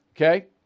Okay